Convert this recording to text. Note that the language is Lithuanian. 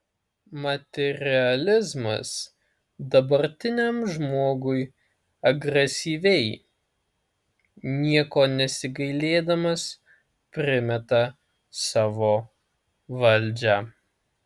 materializmas dabartiniam žmogui agresyviai nieko nesigailėdamas primeta savo valdžią